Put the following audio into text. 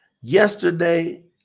Yesterday